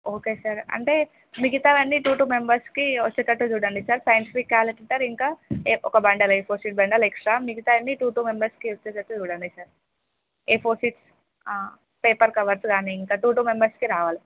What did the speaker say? okay sir అంటే మిగతావి అన్నీ టూ టూ మెంబర్స్కి వచ్చేటట్టు చూడండి సార్ సైంటిఫిక్ కాలిక్యులర్ ఇంకా ఒక bundle A four sheet bundle extra మిగతావన్నీ టూ టూ మెంబర్స్కి వచ్చేటట్టు చూడండి sir A four sheet paper covers కానీ ఇంకా టూ టూ మెంబర్స్కి రావాలి